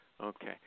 okay